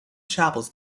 chapels